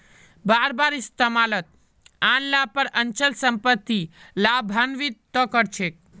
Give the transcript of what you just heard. बार बार इस्तमालत आन ल पर अचल सम्पत्ति लाभान्वित त कर छेक